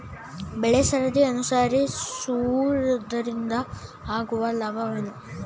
ಬೆಳೆಸರದಿ ಅನುಸರಿಸುವುದರಿಂದ ಆಗುವ ಲಾಭವೇನು?